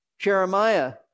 Jeremiah